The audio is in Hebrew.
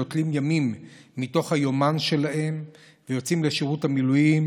נוטלים ימים מתוך היומן שלהם ויוצאים לשירות המילואים,